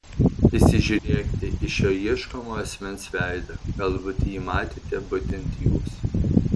įsižiūrėkite į šio ieškomo asmens veidą galbūt jį matėte būtent jūs